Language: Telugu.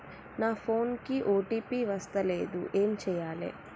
నా ఫోన్ కి ఓ.టీ.పి వస్తలేదు ఏం చేయాలే?